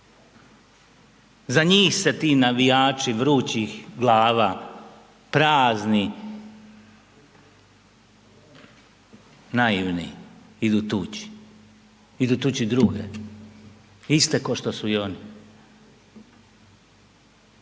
Za njih se ti navijači vrućih glava, praznih, naivni, idu tuči. Idu tuči druge. Iste kao što su oni.